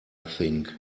think